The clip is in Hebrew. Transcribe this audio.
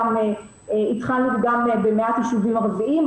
התחלנו גם במעט ישובים ערביים,